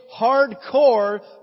hardcore